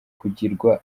kugirwa